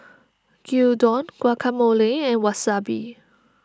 Gyudon Guacamole and Wasabi